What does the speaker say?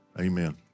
amen